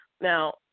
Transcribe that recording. Now